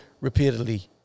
repeatedly